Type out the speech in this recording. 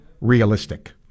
realistic